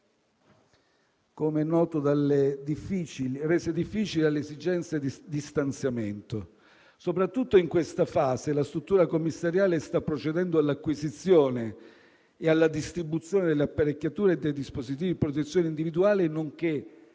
com'è noto, dalle esigenze di distanziamento. Soprattutto in questa fase la struttura commissariale sta procedendo all'acquisizione e alla distribuzione delle apparecchiature e dei dispositivi di protezione individuale, nonché